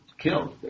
killed